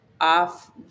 off